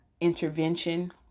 intervention